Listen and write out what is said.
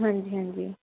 ਹਾਂਜੀ ਹਾਂਜੀ